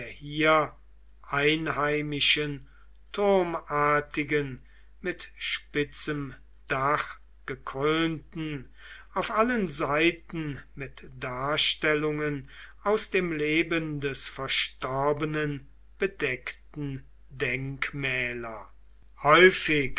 hier einheimischen turmartigen mit spitzem dach gekrönten auf allen seiten mit darstellungen aus dem leben des verstorbenen bedeckten denkmäler häufig